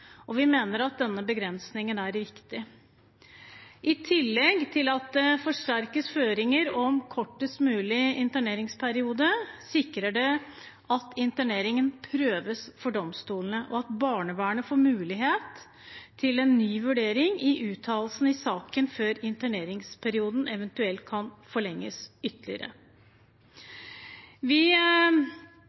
Vi mener at denne begrensningen er viktig. I tillegg til at begrensningen forsterker føringene om kortest mulig interneringsperiode, sikrer den at interneringen prøves oftere av domstolene, og at barnevernet får mulighet til en ny vurdering og uttalelse i saken før interneringsperioden eventuelt kan forlenges ytterligere. Vi